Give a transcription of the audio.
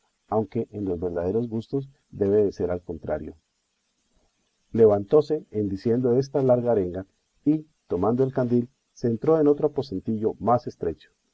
aunque en los verdaderos gustos debe de ser al contrario levantóse en diciendo esta larga arenga y tomando el candil se entró en otro aposentillo más estrecho